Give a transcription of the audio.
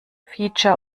feature